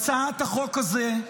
הצעת החוק הזאת,